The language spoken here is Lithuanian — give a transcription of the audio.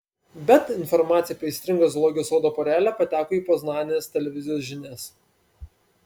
bet informacija apie aistringą zoologijos sodo porelę pateko į poznanės televizijos žinias